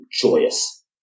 joyous